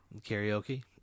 karaoke